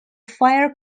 fare